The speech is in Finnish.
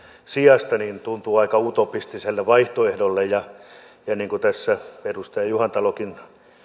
sijasta tuntuu aika utopistiselle vaihtoehdolle ja niin kuin tässä edustaja juhantalokin